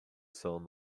son